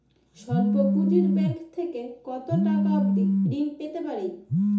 স্বল্প পুঁজির ব্যাংক থেকে কত টাকা অবধি ঋণ পেতে পারি?